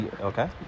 Okay